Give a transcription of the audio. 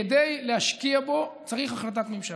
כדי להשקיע בו צריך החלטת ממשלה.